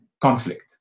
conflict